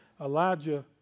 Elijah